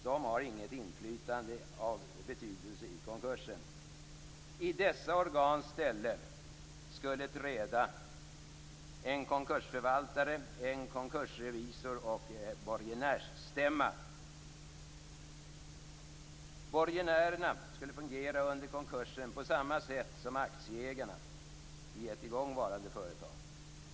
De har inget inflytande av betydelse i konkursen. I dessa organs ställe skulle träda en konkursförvaltare, en konkursrevisor och en borgenärsstämma. Borgenärerna skulle under konkursen fungera på samma sätt som aktieägarna i ett igångvarande företag.